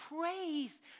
praise